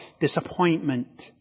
disappointment